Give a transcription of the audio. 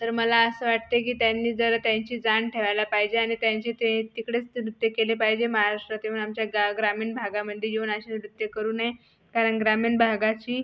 तर मला असं वाटते की त्यांनी जरा त्यांची जाण ठेवायला पाहिजे आणि त्यांची ते तिकडेच ते नृत्य केले पाहिजे महाराष्ट्रात येऊन आमच्या गाव ग्रामीण भागांमध्ये येऊन असे नृत्य करू नये कारण ग्रामीण भागाची